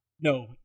No